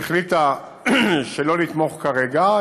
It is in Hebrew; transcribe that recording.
החליטה שלא לתמוך כרגע.